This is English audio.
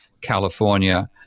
California